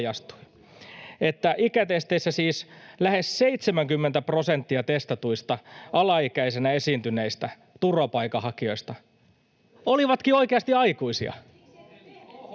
ikätesteissä siis lähes 70 prosenttia testatuista alaikäisinä esiintyneistä turvapaikanhakijoista olikin oikeasti aikuisia.